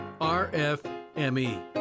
RFME